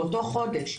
באותו חודש,